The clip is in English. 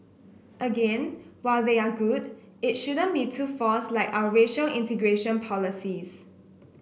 again while they are good it shouldn't be too forced like our racial integration policies